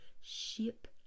Ship